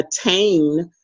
attain